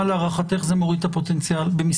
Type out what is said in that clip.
זה יוריד אתכם ל-40,000,